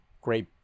Great